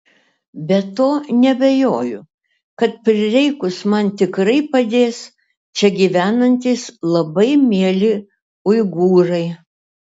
be to neabejoju kad prireikus man tikrai padės čia gyvenantys labai mieli uigūrai